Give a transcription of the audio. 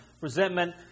resentment